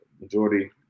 majority